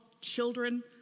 children